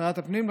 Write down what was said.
שרת הפנים,